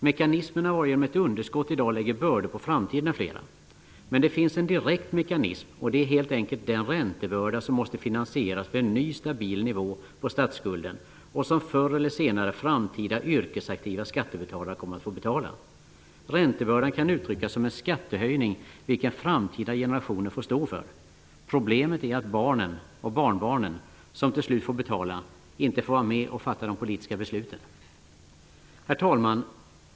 Mekanismerna varigenom ett underskott i dag lägger bördor på framtiden är flera. Men det finns en direkt mekanism, och det är helt enkelt den räntebörda som måste finansieras vid en ny stabil nivå på statsskulden och som förr eller senare framtida yrkesaktiva skattebetalare kommer att få betala. Räntebördan kan uttryckas som en skattehöjning vilken framtida generationer får stå för. Problemet är att barnen och barnbarnen, som till slut får betala, inte får vara med och fatta de politiska besluten. Herr talman!